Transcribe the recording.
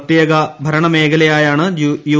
പ്രത്യേക മേഖലയായാണ് യു